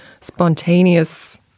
spontaneous